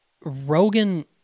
Rogan